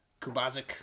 Kubazik